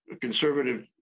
conservative